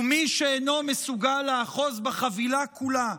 מי שאינו מסוגל לאחוז בחבילה כולה,